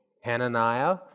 Hananiah